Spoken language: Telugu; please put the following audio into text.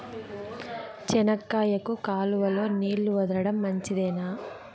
చెనక్కాయకు కాలువలో నీళ్లు వదలడం మంచిదేనా?